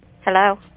Hello